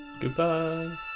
Goodbye